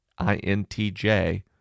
INTJ